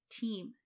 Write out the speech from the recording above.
team